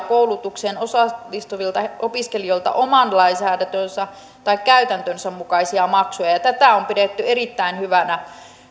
koulutukseen osallistuvilta opiskelijoilta oman lainsäädäntönsä tai käytäntönsä mukaisia maksuja ja ja tätä on pidetty erittäin hyvänä